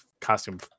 costume